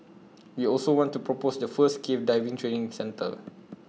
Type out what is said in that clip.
we also want to propose the first cave diving training centre